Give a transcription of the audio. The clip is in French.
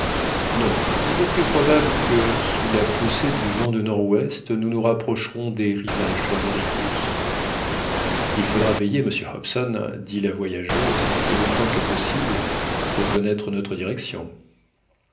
non il est plus probable que sous la poussée du vent de nord-ouest nous nous rapprocherons des rivages de l'amérique russe il faudra veiller monsieur hobson dit la voyageuse et autant que possible reconnaître notre direction